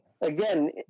again